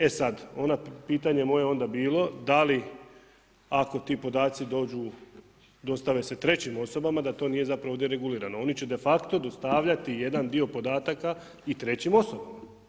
E sad, pitanje moje je onda bilo, da li ako ti podaci dođu, dostave se trećim osobama da to nije zapravo deregulirano, oni će de facto dostavljati jedan dio podataka i trećim osobama.